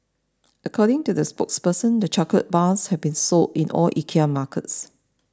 according to the spokesperson the chocolate bars have been sold in all IKEA markets